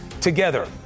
together